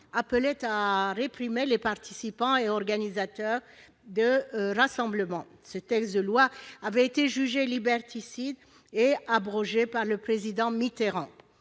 appelait à réprimer les participants et organisateurs de rassemblements. Ce texte avait été jugé liberticide et abrogé sous la présidence de